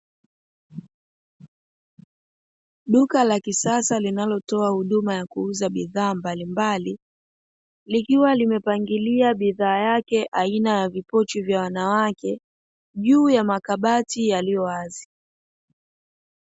Duka la kisasa linalotoa huduma ya kuuza bidhaa mbalimbali likiwa limepangilia bidhaa yake aina ya vipochi vya wanawake juu ya makabati yaliyowazi.